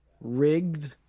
rigged